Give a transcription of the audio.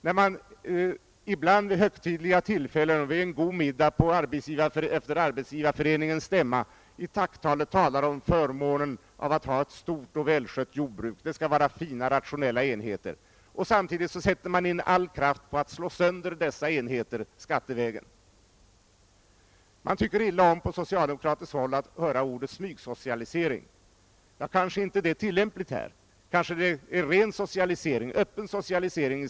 Under en god middag efter Arbetsgivareföreningens stämma händer det ibland att regeringens representant i sitt tacktal talar om förmånen att vi har stora och välskötta jordbruk och att det skall vara fina, rationella enheter. Samtidigt sätter man in all kraft på att skattevägen slå sönder dessa enheter. På socialdemokratiskt håll tycker man illa om att höra ordet smygsocialisering. Kanske det inte är tillämpligt här. Är det möjligen i stället fråga om en ren och öppen socialisering?